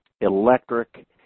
electric